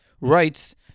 writes